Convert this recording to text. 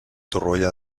torroella